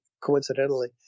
coincidentally